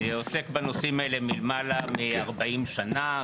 אני עוסק בנושאים האלה למעלה מ-40 שנה.